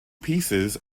pieces